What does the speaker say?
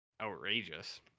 outrageous